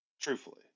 truthfully